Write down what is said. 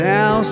Now